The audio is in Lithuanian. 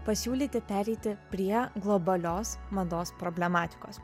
pasiūlyti pereiti prie globalios mados problematikos